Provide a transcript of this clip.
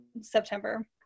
September